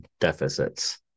deficits